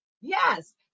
Yes